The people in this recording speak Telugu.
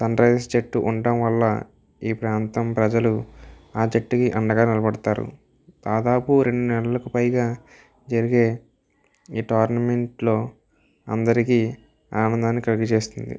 సన్రైజ్ జట్టు ఉండడం వల్ల ఈ ప్రాంతం ప్రజలు ఆ జట్టుకి అండగా నిలబడతారు దాదాపు రెండు నెల్లకి పైగా జరిగే ఈ టోర్నమెంట్లో అందరికీ ఆనందాన్ని కలుగజేస్తుంది